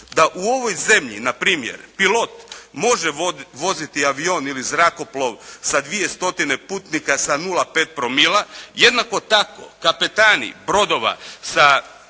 da u ovoj zemlji na primjer pilot može voziti avion ili zrakoplov sa dvije stotine putnika sa 0,5 promila. Jednako tako kapetani brodova sa